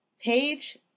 page